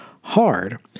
hard